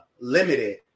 limited